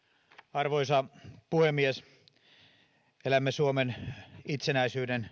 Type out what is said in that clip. arvoisa puhemies elämme suomen itsenäisyyden